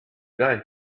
guy